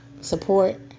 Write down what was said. support